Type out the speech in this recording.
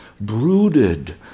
brooded